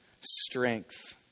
strength